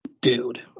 dude